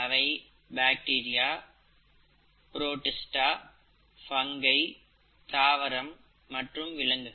அவை bacteria protista fungi தாவரம் மற்றும் விலங்கு